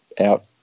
out